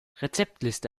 rezeptliste